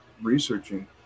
researching